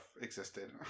existed